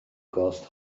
gost